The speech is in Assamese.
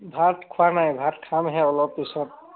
ভাত খোৱা নাই ভাত খামহে অলপ পিছত